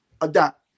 adapt